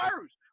first